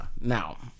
Now